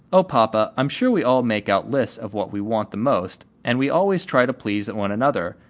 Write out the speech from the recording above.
oh, papa, i'm sure we all make out lists of what we want the most, and we always try to please one another,